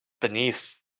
beneath